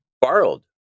borrowed